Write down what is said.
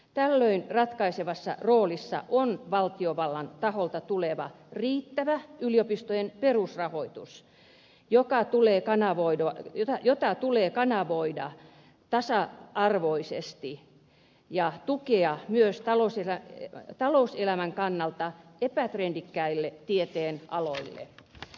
tällöin ratkaisevassa roolissa on valtiovallan taholta tuleva riittävä yliopistojen perusrahoitus jota tulee kanavoida tasa arvoisesti ja tukea myös talouselämän kannalta epätrendikkäitä tieteenaloja